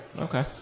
Okay